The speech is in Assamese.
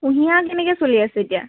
কুঁহিয়াৰ কেনেকৈ চলি আছে এতিয়া